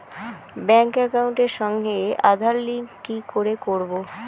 Bank একাউন্টের সঙ্গে Aadhaar link কি করে করবো?